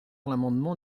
l’amendement